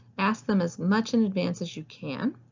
ask them as much in advance as you can.